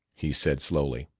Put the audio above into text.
he said slowly,